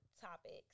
topics